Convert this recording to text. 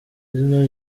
izina